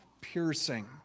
piercing